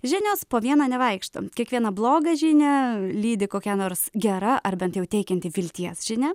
žinios po vieną nevaikšto kiekvieną blogą žinią lydi kokia nors gera ar bent jau teikianti vilties žinia